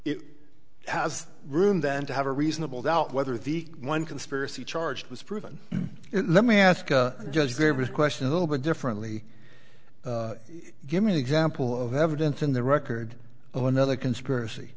it has room then to have a reasonable doubt whether the one conspiracy charge was proven let me ask a judge davis question a little bit differently give me an example of evidence in the record of another conspiracy